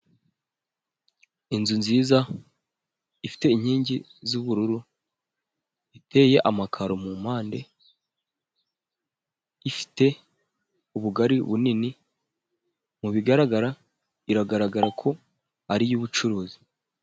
Inzu nziza ifite inkingi z'ubururu iteye amakaro mu mpande, ifite ubugari bunini mu bigaragara iragaragara ko ari iy'ubucuruzi.